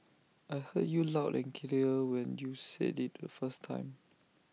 I heard you loud and clear when you said IT the first time